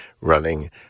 running